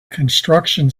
construction